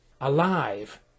alive